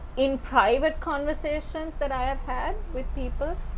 in private conversations that i have had with people,